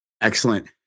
Excellent